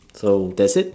so that's it